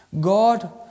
God